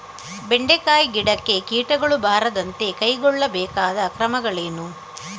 ಬೆಂಡೆಕಾಯಿ ಗಿಡಕ್ಕೆ ಕೀಟಗಳು ಬಾರದಂತೆ ಕೈಗೊಳ್ಳಬೇಕಾದ ಕ್ರಮಗಳೇನು?